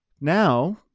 now